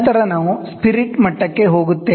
ನಂತರ ನಾವು ಸ್ಪಿರಿಟ್ ಮಟ್ಟಕ್ಕೆ ಹೋಗುತ್ತೇವೆ